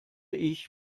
ich